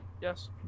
Yes